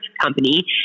company